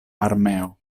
armeo